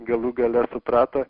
galų gale suprato